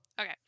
okay